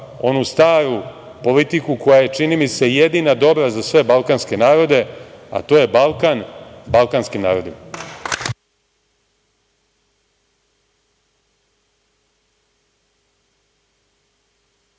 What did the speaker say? onu staru politiku koja je čini mi se jedina dobra za sve balkanske narode, a to je Balkan balkanskim narodima.